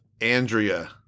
andrea